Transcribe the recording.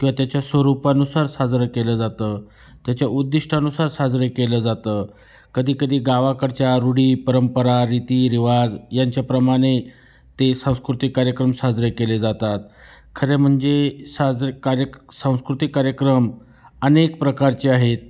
किंवा त्याच्या स्वरूपानुसार साजरं केलं जातं त्याच्या उद्दिष्टानुसार साजरे केलं जातं कधीकधी गावाकडच्या रूढी परंपरा रीतीरिवाज यांच्याप्रमाणे ते सांस्कृतिक कार्यक्रम साजरे केले जातात खरे म्हणजे साजरे कार्यक सांस्कृतिक कार्यक्रम अनेक प्रकारचे आहेत